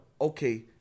okay